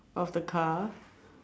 of the car